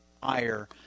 fire